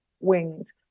winged